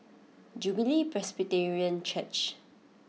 Jubilee Presbyterian Church